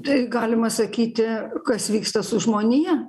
tai galima sakyti kas vyksta su žmonija